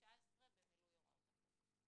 מ-2019 במילוי הוראות החוק.